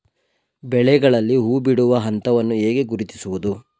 ಬೆಳೆಗಳಲ್ಲಿ ಹೂಬಿಡುವ ಹಂತವನ್ನು ಹೇಗೆ ಗುರುತಿಸುವುದು?